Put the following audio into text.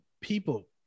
people